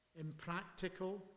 Impractical